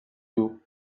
two